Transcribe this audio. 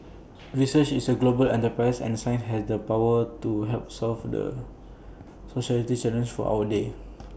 research is A global enterprise and science has the power to help solve the societal challenges of our day